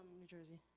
new jersey.